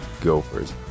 Gophers